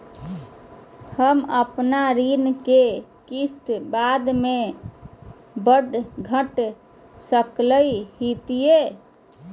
हम अपन ऋण के किस्त बाद में बढ़ा घटा सकई हियइ?